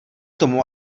tomu